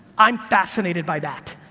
i'm fascinated by that,